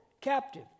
captive